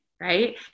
Right